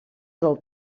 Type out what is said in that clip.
del